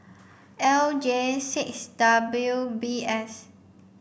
L J six W B S